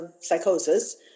psychosis